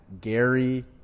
Gary